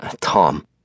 Tom